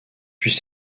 puis